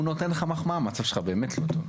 אם הוא נותן לך מחמאה המצב שלך באמת לא טוב.